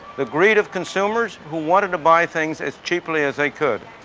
the greed of consumers who wanted to buy things as cheaply as they could.